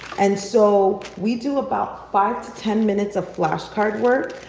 and so we do about five to ten minutes of flashcard work.